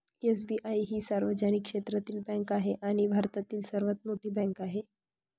SBI ही सार्वजनिक क्षेत्रातील बँक आहे आणि भारतातील सर्वात मोठी बँक आहे